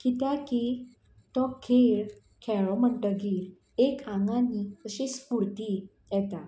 कित्याक की तो खेळ खेळ्ळो म्हणटगीर एक आंगांन न्ही अशी स्पुर्ती येता